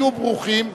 יהיו ברוכים,